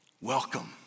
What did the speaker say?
Welcome